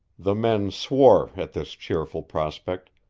the men swore at this cheerful prospect,